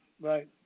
right